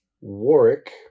warwick